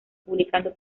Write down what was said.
publicando